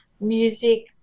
music